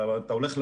אתה הולך,